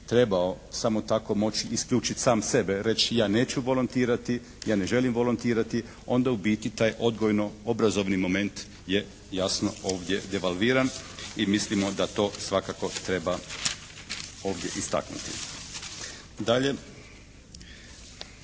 trebao samo tako moći isključiti sam sebe, reći ja neću volontirati, ja ne želim volontirati, onda u biti taj odgojno obrazovni moment je jasno ovdje devalviran i mislimo da to svakako treba ovdje istaknuti. Dalje.